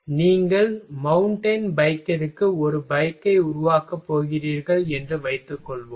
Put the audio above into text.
நீங்கள் மவுண்டன் பைக்கிற்கு ஒரு பைக்கை உருவாக்கப் போகிறீர்கள் என்று வைத்துக்கொள்வோம்